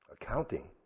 accounting